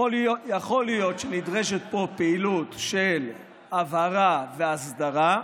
יכול להיות שנדרשת פה פעילות של הבהרה והסדרה.